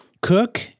cook